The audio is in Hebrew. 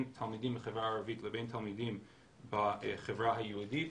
תלמידים מהחברה הערבית לבין תלמידים בחברה היהודית,